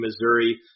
Missouri